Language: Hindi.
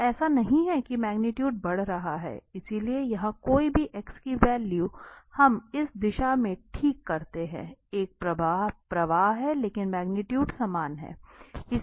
तो ऐसा नहीं है मैग्नीट्यूट बढ़ रहा है इसलिए यहां कोई भी x की वैल्यू हम इस दिशा में ठीक करते हैं एक प्रवाह है लेकिन मैग्नीट्यूट समान है